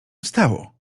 stało